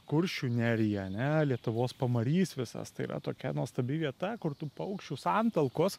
kuršių nerija ane lietuvos pamarys visas tai yra tokia nuostabi vieta kur tų paukščių santalkos